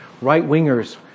Right-wingers